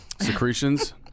secretions